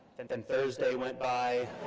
then thursday went by,